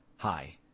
Hi